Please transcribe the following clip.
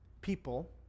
people